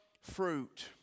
fruit